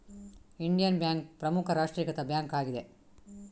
Indian Bank ಪ್ರಮುಖ ರಾಷ್ಟ್ರೀಕೃತ bank ಆಗಿದೆ